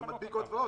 זה מדביק עוד ועוד.